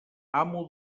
amo